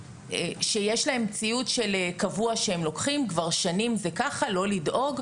שיש להם ציוד קבוע שהם לוקחים כבר שנים ואין מה לדאוג.